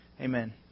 Amen